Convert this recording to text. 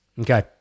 Okay